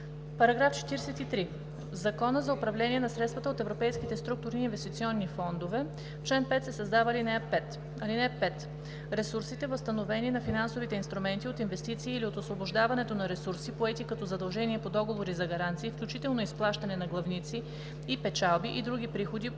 § 43: „§ 43. В Закона за управление на средствата от Европейските структурни и инвестиционни фондове (обн., ДВ, бр. ...) в чл. 5 се създава ал. 5: „(5) Ресурсите, възстановени на финансовите инструменти от инвестиции или от освобождаването на ресурси, поети като задължение по договори за гаранции, включително изплащане на главници и печалби и други приходи